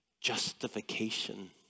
Justification